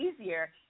easier